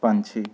ਪੰਛੀ